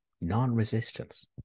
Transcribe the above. non-resistance